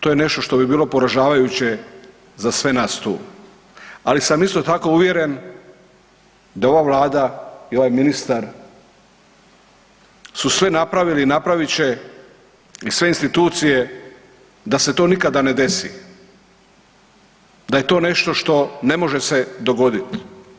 To je nešto što bi bilo poražavajuće za sve nas tu, ali sam isto tako uvjeren da ova Vlada i ovaj ministar su sve napravili i napravit će i sve institucije da se to nikada ne desi, da je to nešto što ne može se dogoditi.